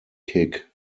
kick